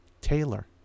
Taylor